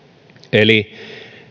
eli